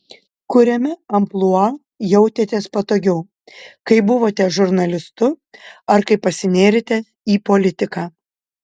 kuriame amplua jautėtės patogiau kai buvote žurnalistu ar kai pasinėrėte į politiką